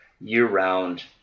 year-round